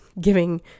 giving